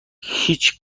هیچ